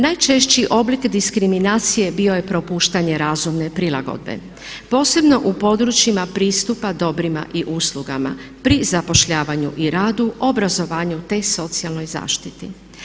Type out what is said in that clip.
Najčešći oblik diskriminacije bio je propuštanje razumne prilagodbe posebno u područjima pristupa dobrima i uslugama pri zapošljavanju i radu, obrazovanju te socijalnoj zaštiti.